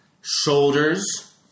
Shoulders